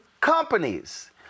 companies